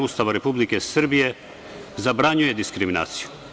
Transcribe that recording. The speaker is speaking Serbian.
Ustava Republike Srbije zabranjuje diskriminaciju.